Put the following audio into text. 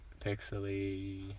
Pixely